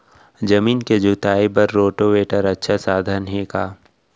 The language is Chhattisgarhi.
जमीन के जुताई बर रोटोवेटर अच्छा साधन हे का?